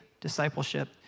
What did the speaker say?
discipleship